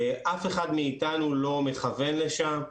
אף אחד מאיתנו לא מכוון לשם,